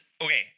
Okay